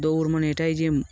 দৌড় মানে এটাই যেমন